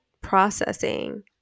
processing